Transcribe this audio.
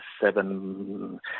seven